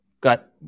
got